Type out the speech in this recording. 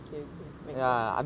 okay okay thanks thanks